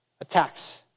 attacks